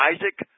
Isaac